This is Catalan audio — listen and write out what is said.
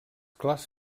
clars